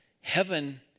heaven